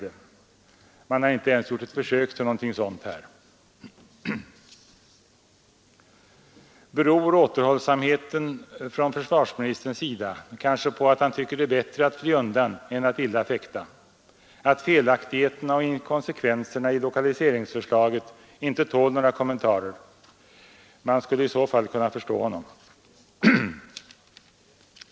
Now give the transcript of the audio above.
Det har man här inte ens gjort ett försök till. Beror återhållsamheten från försvarsministerns sida kanske på att han tycker det är bättre att fly undan än att illa fäkta, på att felaktigheterna och inkonsekvenserna i lokaliseringsförslaget inte tål några kommentarer? Man skulle i så fall kunna förstå honom.